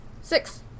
Six